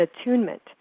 attunement